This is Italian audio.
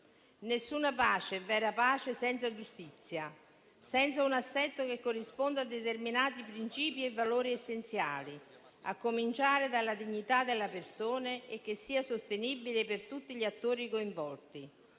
Nessuna pace è vera senza giustizia, senza un assetto che corrisponda a determinati principi e valori essenziali, a cominciare dalla dignità della persona, e che sia sostenibile per tutti gli attori coinvolti.